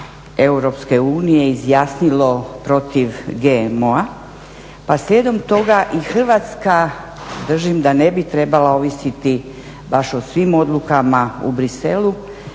Europske unije izjasnilo protiv GMO-a. Pa slijedom toga i Hrvatska držim da ne bi trebala ovisiti baš o svim odlukama u Briselu